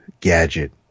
gadget